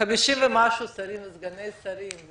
חמישים ומשהו שרים וסגני שרים,